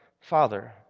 Father